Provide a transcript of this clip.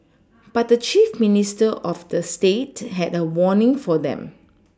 but the chief Minister of the state had a warning for them